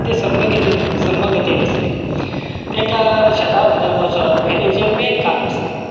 सादे सम्यगतीन सम्मगतीन आसली तेंका शेता भाटान वचप तेंचे मेन काम आसलें